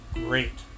great